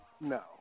No